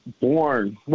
born